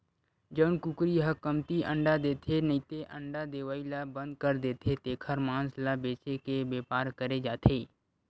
जउन कुकरी ह कमती अंडा देथे नइते अंडा देवई ल बंद कर देथे तेखर मांस ल बेचे के बेपार करे जाथे